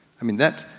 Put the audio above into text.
i mean that,